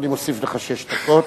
אני מוסיף לך שש דקות,